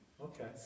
Okay